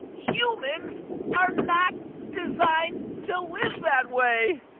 humans are not designed to live that way